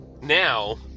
now